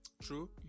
True